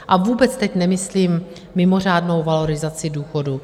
A vůbec teď nemyslím mimořádnou valorizaci důchodů.